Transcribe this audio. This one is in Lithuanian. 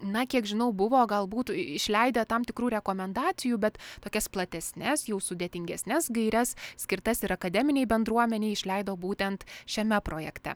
na kiek žinau buvo gal būt išleidę tam tikrų rekomendacijų bet tokias platesnes jau sudėtingesnes gaires skirtas ir akademinei bendruomenei išleido būtent šiame projekte